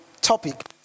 topic